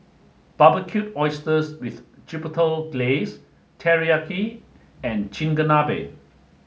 Barbecued Oysters with Chipotle Glaze Teriyaki and Chigenabe